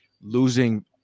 losing